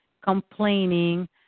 complaining